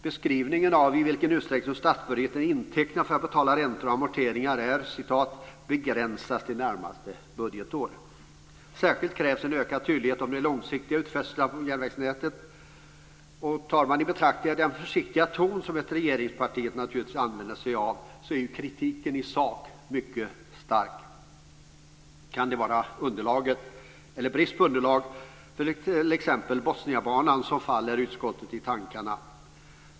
Beskrivningen av i vilken utsträckning som statsbudgeten är intecknad för att betala räntor och amorteringar är "begränsat till närmaste budgetår". Särskilt krävs en ökad tydlighet om de långsiktiga utfästelserna om järnvägsnätet. Tar man i betraktande den försiktiga ton som regeringspartiet använder är kritiken i sak mycket stark. Kan det vara underlaget - eller brist på underlag - för t.ex. Botniabanan som faller utskottet i tankarna?